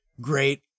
great